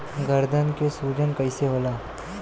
गर्दन के सूजन कईसे होला?